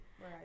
right